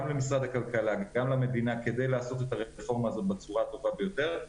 למשרד הכלכלה וגם למדינה כדי לעשות את הרפורמה הזאת בצורה הטובה ביותר,